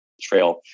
trail